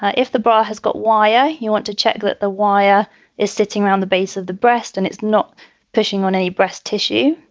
if the bra has got wirh, you want to check that the wire is sitting around the base of the breast and it's not pushing on any breast tissue.